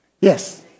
Yes